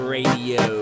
radio